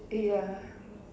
ya